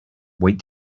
wait